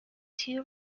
two